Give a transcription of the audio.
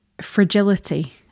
fragility